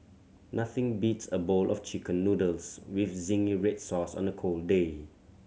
nothing beats a bowl of Chicken Noodles with zingy red sauce on a cold day